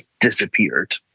disappeared